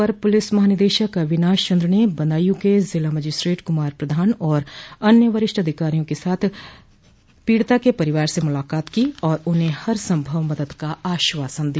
अपर police महानिदेशक अविनाश चन्द्र ने बदायू के जिला मजिस्ट्रेट कुमार प्रधान और अन्य वरिष्ठ अधिकारियों के साथ पीड़िता के परिवार से मुलाकात की और उन्हें हरसंभव मदद का आश्वासन दिया